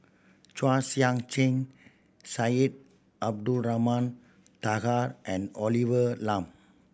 Chua Sian Chin Syed Abdulrahman Taha and Olivia Lum